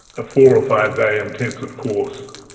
ah four or five-day intensive course